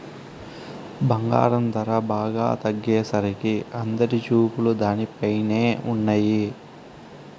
బంగారం ధర బాగా తగ్గేసరికి అందరి చూపులు దానిపైనే ఉన్నయ్యి